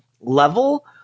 level